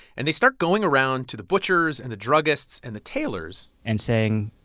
and they start going around to the butchers and the druggists and the tailors and saying,